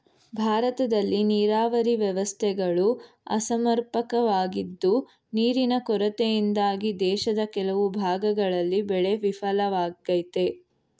ಭಾರತದಲ್ಲಿ ನೀರಾವರಿ ವ್ಯವಸ್ಥೆಗಳು ಅಸಮರ್ಪಕವಾಗಿದ್ದು ನೀರಿನ ಕೊರತೆಯಿಂದಾಗಿ ದೇಶದ ಕೆಲವು ಭಾಗಗಳಲ್ಲಿ ಬೆಳೆ ವಿಫಲವಾಗಯ್ತೆ